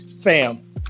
Fam